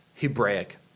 hebraic